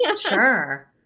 Sure